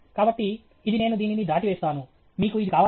కాబట్టి ఇది నేను దీనిని దాటివేస్తాను మీకు ఇది కావాలా